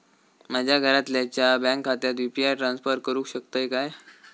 माझ्या घरातल्याच्या बँक खात्यात यू.पी.आय ट्रान्स्फर करुक शकतय काय?